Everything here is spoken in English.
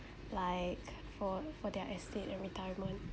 like for for their estate and retirement